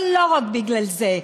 אבל לא רק בגלל זה,